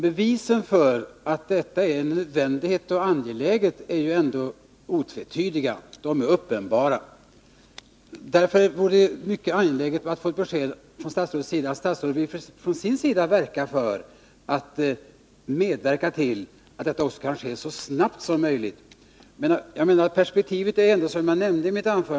Bevisen för att detta är angeläget, ja nödvändigt, är otvetydiga — de är uppenbara. Därför vore det angeläget att få ett besked av statsrådet om statsrådet från sin sida vill medverka till att arbetet också kan sättas i gång så snart som möjligt.